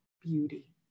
beauty